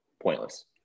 pointless